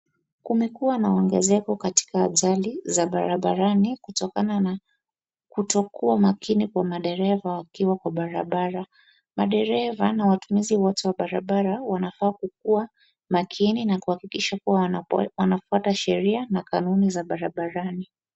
Kumekua na ongezeko katika ajali za barabarani kutokana kutokua makini kwa madereva wakiwa kwa barabara. Madereva na watumizi wote wa barabara wanafaa kua makini na kuhakikisha wanafuata sheria na kanuni za barabarani.